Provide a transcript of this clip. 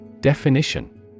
Definition